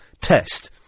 test